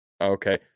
Okay